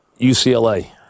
UCLA